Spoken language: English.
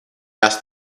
asked